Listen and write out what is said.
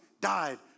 died